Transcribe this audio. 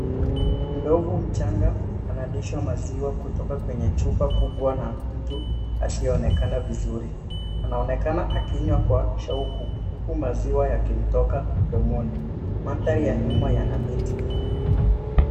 Ndovu mchanga analishwa maziwa kutoka kwenye chupa kubwa, na mtu asiyeonekana vizuri. Anaonekana akinywa kwa shauku, huku maziwa yakimtoka mdomoni. Mandhari ya nyuma yana miti.